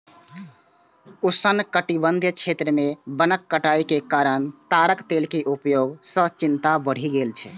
उष्णकटिबंधीय क्षेत्र मे वनक कटाइ के कारण ताड़क तेल के उपयोग सं चिंता बढ़ि गेल छै